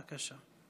בבקשה.